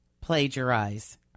plagiarize